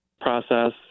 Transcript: process